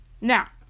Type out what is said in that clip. Now